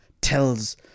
tells